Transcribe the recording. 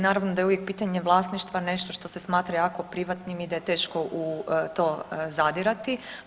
Naravno da je uvijek pitanje vlasništva nešto što se smatra jako privatnim i da je teško u to zadirati.